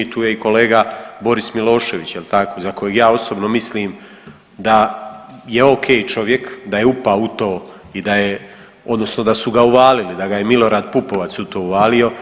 Tu je i kolega Boris Milošević jel' tako za koga ja osobno mislim da je ok čovjek, da je upao u to i da je odnosno da su ga uvalili, da ga je Milorad Pupovac u to uvalio.